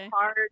hard